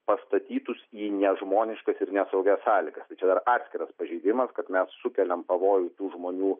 pastatytus į nežmoniškas ir nesaugias sąlygas čia dar atskiras pažeidimas kad mes sukeliam pavojų tų žmonių